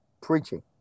Preaching